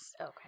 Okay